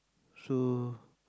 so